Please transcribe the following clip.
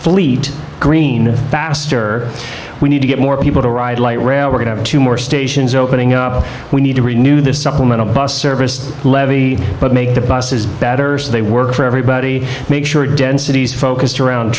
fleet green faster we need to get more people to ride light rail we're going to more stations opening up we need to renew this supplemental bus service levy but make the buses better so they work for everybody make sure densities focused around